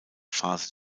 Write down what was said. phase